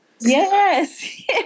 Yes